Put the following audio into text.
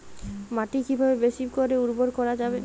মাটি কিভাবে বেশী করে উর্বর করা যাবে?